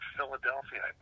Philadelphia